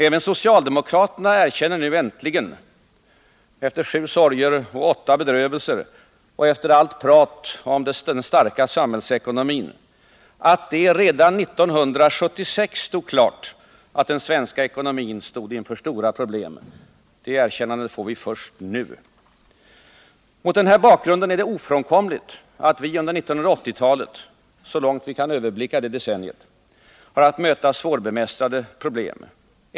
Även socialdemokraterna erkänner nu äntligen, efter sju sorger och åtta bedrövelser och efter allt prat om den starka samhällsekonomin, att det ”redan 1976 stod klart att den svenska ekonomin stod inför stora problem”. Det erkännandet får vi först nu! Mot den här bakgrunden är det ofrånkomligt att vi under 1980-talet — så långt vi kan överblicka det decenniet — har att möta svårbemästrade problem.